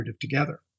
together